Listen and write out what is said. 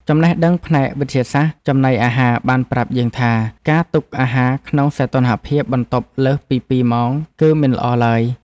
ចំណេះដឹងផ្នែកវិទ្យាសាស្ត្រចំណីអាហារបានប្រាប់យើងថា ការទុកអាហារក្នុងសីតុណ្ហភាពបន្ទប់លើសពីពីរម៉ោងគឺមិនល្អឡើយ។